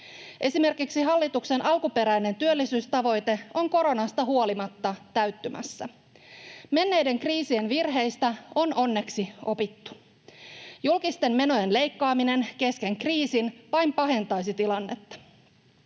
Esimerkiksi hallituksen alkuperäinen työllisyystavoite on koronasta huolimatta täyttymässä. Menneiden kriisien virheistä on onneksi opittu. Julkisten menojen leikkaaminen kesken kriisin vain pahentaisi tilannetta.